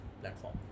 platform